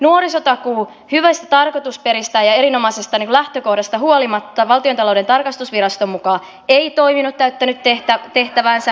nuorisotakuu hyvistä tarkoitusperistä ja erinomaisesta lähtökohdasta huolimatta valtiontalouden tarkastusviraston mukaan ei toiminut täyttänyt tehtäväänsä